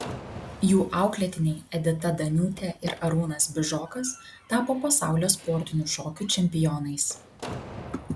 jų auklėtiniai edita daniūtė ir arūnas bižokas tapo pasaulio sportinių šokių čempionais